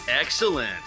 Excellent